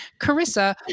Carissa